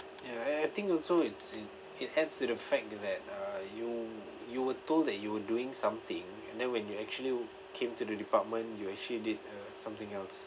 ya I I think also it's it it adds to the fact that uh you you were told that you were doing something and then when you actually came to the department you actually did uh something else